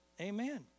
Amen